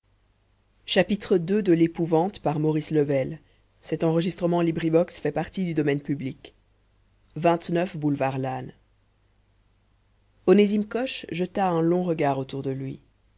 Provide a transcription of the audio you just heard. boulevard lannes onésime coche jeta un long regard autour de lui